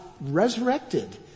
resurrected